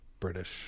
British